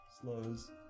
slows